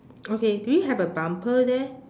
okay do you have a bumper there